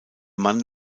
mann